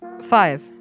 Five